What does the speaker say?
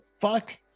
fuck